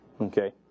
okay